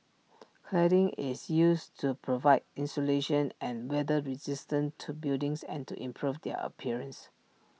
cladding is used to provide insulation and weather resistance to buildings and to improve their appearance